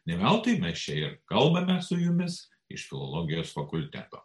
ne veltui mes čia ir kalbame su jumis iš filologijos fakulteto